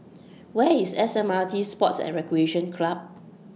Where IS S M R T Sports and Recreation Club